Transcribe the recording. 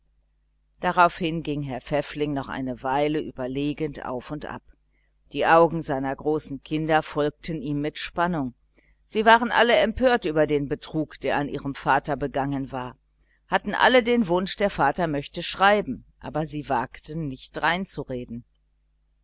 darauf hin ging herr pfäffling noch eine weile überlegend auf und ab die augen seiner großen kinder folgten ihm mit spannung sie waren alle empört über den betrug der an ihrem vater begangen war hatten alle den wunsch der vater möchte schreiben aber sie wagten nicht